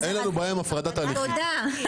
תודה.